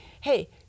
Hey